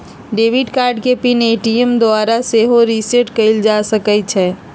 debit card के PIN के ATM द्वारा सेहो रीसेट कएल जा सकै छइ